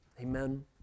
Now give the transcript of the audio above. Amen